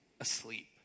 asleep